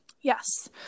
Yes